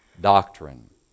doctrine